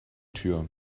tür